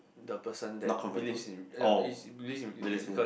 the person that believes in is believes in religion because